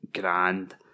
grand